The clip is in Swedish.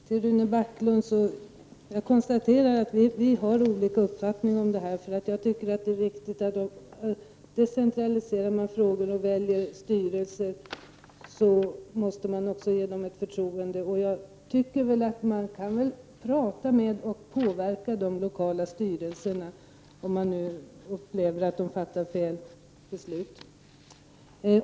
Herr talman! Jag konstaterar att Rune Backlund och jag har olika uppfattning. Decentraliserar man en verksamhet och väljer styrelser, tycker jag att det är viktigt att också ge dem ett förtroende. Man kan väl prata med och påverka de lokala styrelserna, om man upplever att de fattar fel beslut.